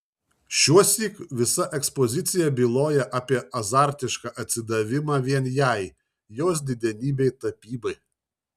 šiuosyk visa ekspozicija byloja apie azartišką atsidavimą vien jai jos didenybei tapybai